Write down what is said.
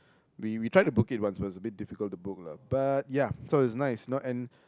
we we tried to book it once but it was a bit difficult to book lah but ya so it's nice no and